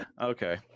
Okay